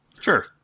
Sure